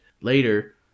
later